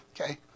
okay